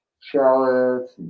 shallots